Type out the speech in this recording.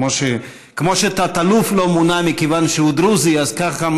כמו שתת-אלוף לא מונה מכיוון שהוא דרוזי אז ככה,